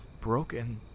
broken